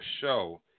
show